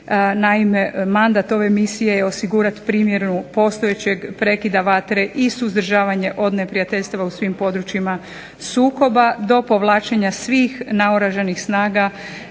Naime, mandat ove misije je osigurati primjenu postojećeg prekida vatre i suzdržavanje od neprijateljstava u svim područjima sukoba do povlačenja svih naoružanih snaga